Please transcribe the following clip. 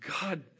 God